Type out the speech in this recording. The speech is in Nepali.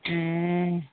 ए